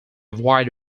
wide